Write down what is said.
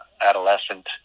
adolescent